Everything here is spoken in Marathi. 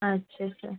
अच्छा अच्छा